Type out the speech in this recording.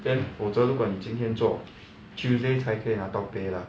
then 否则如果你今天做 tuesday 才可以拿到 pay lah